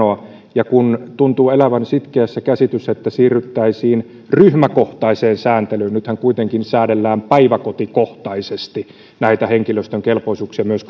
sanoa kun tuntuu elävän sitkeässä käsitys että siirryttäisiin ryhmäkohtaiseen sääntelyyn nythän kuitenkin säädellään päiväkotikohtaisesti näitä henkilöstön kelpoisuuksia myös